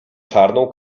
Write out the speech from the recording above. czarną